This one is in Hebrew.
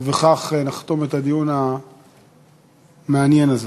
ובכך נחתום את הדיון המעניין הזה.